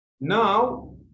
Now